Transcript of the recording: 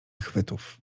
chwytów